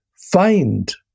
find